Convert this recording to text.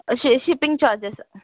she shipping charges